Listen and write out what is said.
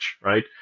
right